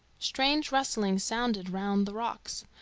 strange rustlings sounded round the rocks,